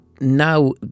now